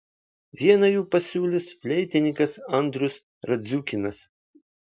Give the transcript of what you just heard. vieną jų pasiūlys fleitininkas andrius radziukynas